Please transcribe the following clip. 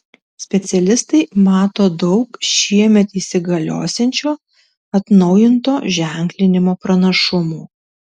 specialistai mato daug šiemet įsigaliosiančio atnaujinto ženklinimo pranašumų